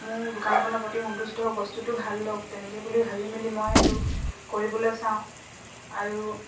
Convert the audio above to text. মোৰ দোকানখনৰ প্ৰতি সন্তুষ্ট হওক বস্তুটো ভাল লওক তেনেকে বুলি ভাবি মেলি মই সেইটো কৰিবলৈ চাওঁ আৰু